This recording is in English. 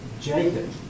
Jacob